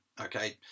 okay